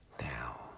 Now